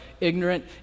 ignorant